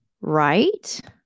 right